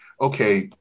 okay